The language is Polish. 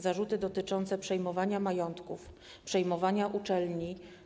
Zarzuty dotyczące przejmowania majątków, przejmowania uczelni.